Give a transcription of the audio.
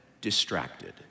distracted